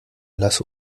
lass